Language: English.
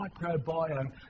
microbiome